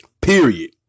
Period